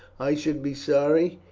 i should be sorry,